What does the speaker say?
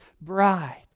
bride